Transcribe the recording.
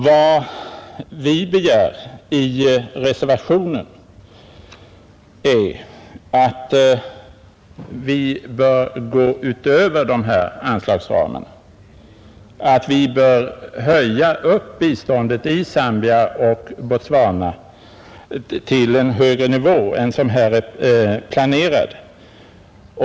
Vad vi begär i reservationen är att man skall gå utöver dessa anslagsramar och höja upp biståndet till Zambia och Botswana till en högre nivå än som här är planerat.